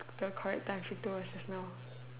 of the correct time she told us just now